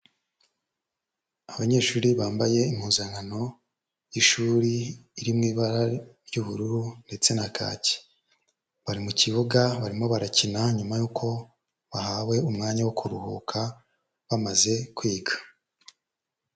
Abanyeshuri bambaye impuzankano y'ishuri iri mu ibara ry'ubururu ndetse na kaki, bari mu kibuga barimo barakina nyuma yuko bahawe umwanya wo kuruhuka bamaze kwiga.